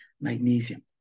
magnesium